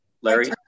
larry